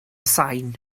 sain